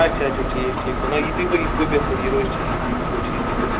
اچھا اچھا ٹھیٖک ٹھیٖک چھُ نہ یہِ تہِ گوٚو یہِ تہِ گوٚو بہتر یہِ روزِ ٹھیٖک یہِ تہِ گوٚو ٹھیٖکٕے تہٕ